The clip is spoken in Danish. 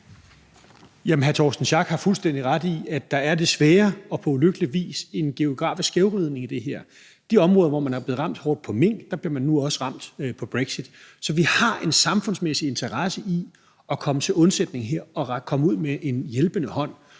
Jamen hr. Torsten Schack Pedersen har fuldstændig ret i, at der desværre og på ulykkelig vis er en skævvridning i det her. I de områder, hvor man er blevet hårdt ramt på mink, bliver man nu også ramt af brexit. Så vi har en samfundsmæssig interesse i at komme til undsætning her og komme ud med en hjælpende hånd.